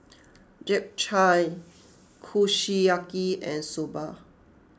Japchae Kushiyaki and Soba